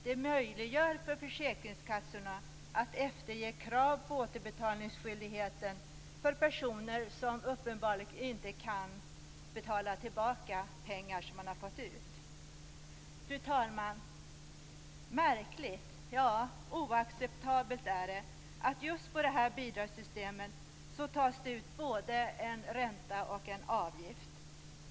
Det möjliggör för försäkringskassorna att efterge krav på återbetalningsskyldighet för personer som uppenbarligen inte kan betala tillbaka pengar som man har fått ut. Fru talman! Det är märkligt, ja oacceptabelt, att det just på det här bidragssystemet tas ut både en ränta och en avgift.